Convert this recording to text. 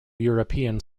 european